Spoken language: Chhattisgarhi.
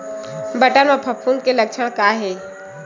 बटर म फफूंद के लक्षण का हे?